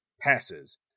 passes